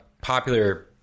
popular